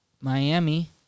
Miami